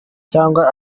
cyangwa